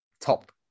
top